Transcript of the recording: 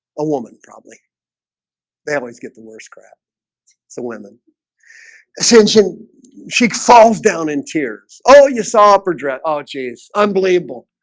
a woman probably they always get the worst crap. it's the women ascension she calls down in tears. oh, you saw a poor dress. oh geez, unbelievable.